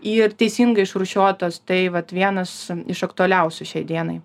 ir teisingai išrūšiuotos tai vat vienas iš aktualiausių šiai dienai